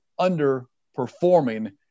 underperforming